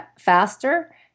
faster